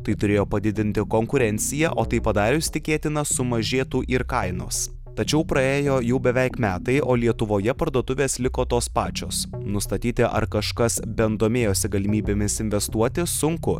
tai turėjo padidinti konkurenciją o tai padarius tikėtina sumažėtų ir kainos tačiau praėjo jau beveik metai o lietuvoje parduotuvės liko tos pačios nustatyti ar kažkas bent domėjosi galimybėmis investuoti sunku